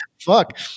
Fuck